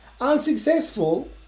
Unsuccessful